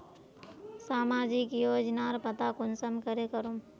सामाजिक योजनार पता कुंसम करे करूम?